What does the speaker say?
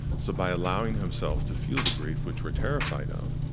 so by allowing himself to feel the grief, which we're terrified of,